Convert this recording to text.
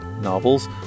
Novels